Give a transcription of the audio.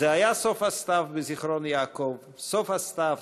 "זה היה סוף הסתיו בזיכרון-יעקב / סוף הסתיו,